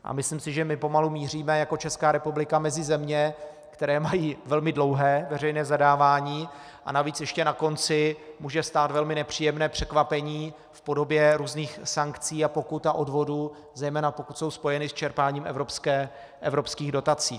A myslím si, že my pomalu míříme jako Česká republika mezi země, které mají velmi dlouhé veřejné zadávání, a navíc ještě na konci může stát velmi nepříjemné překvapení v podobě různých sankcí a pokut a odvodů, zejména pokud jsou spojeny s čerpáním evropských dotací.